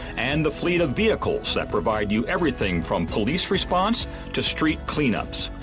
and the fleet of vehicles that provide you everything from police response to street cleanups.